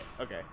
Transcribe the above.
Okay